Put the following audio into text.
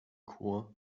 chor